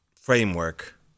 framework